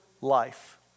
life